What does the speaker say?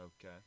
Okay